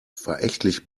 verächtlich